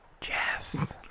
Jeff